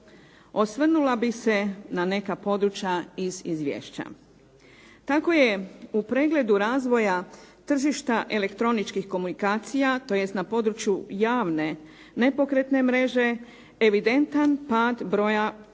Osvrnula bih se na neka područja iz izvješća. Tako je u pregledu razvoja tržišta elektroničkih komunikacija, tj. na području javne nepokretne mreže evidentan pad broja